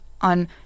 on